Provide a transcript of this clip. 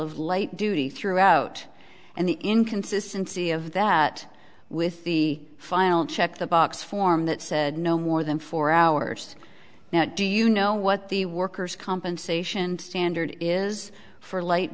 of light duty throughout and the inconsistency of that with the final check the box form that said no more than four hours now do you know what the workers compensation standard is for light